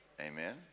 Amen